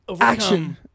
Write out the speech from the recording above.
Action